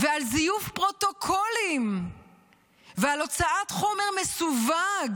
על זיוף פרוטוקולים ועל הוצאת חומר מסווג,